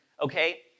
Okay